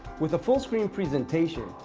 with a full screen presentation,